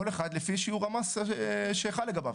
כל אחד לפי שיעור המס שחל לגביו.